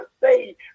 say